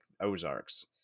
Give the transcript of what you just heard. Ozarks